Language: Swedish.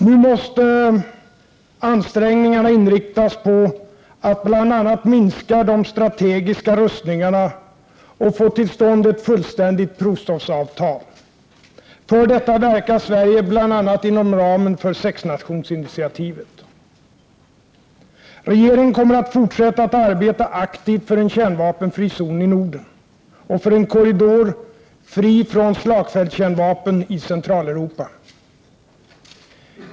Nu måste ansträngningarna inriktas på att bl.a. minska de strategiska rustningarna och få till stånd ett fullständigt provstoppsavtal. För detta verkar Sverige bl.a. inom ramen för sexnationsinitiativet. Regeringen kommer att fortsätta att arbeta aktivt för en kärnvapenfri zon i Norden och för en korridor fri från slagfältskärnvapen i Centraleuropa.